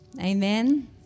Amen